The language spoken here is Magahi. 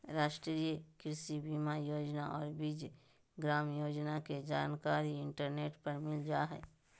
राष्ट्रीय कृषि बीमा योजना और बीज ग्राम योजना के जानकारी इंटरनेट पर मिल जा हइ